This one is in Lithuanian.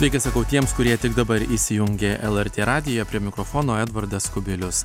sveiki sakau tiems kurie tik dabar įsijungė lrt radiją prie mikrofono edvardas kubilius